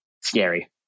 scary